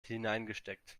hineingesteckt